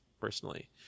personally